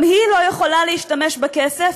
גם היא לא יכולה להשתמש בכסף,